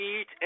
eat